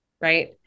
right